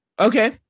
okay